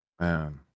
Man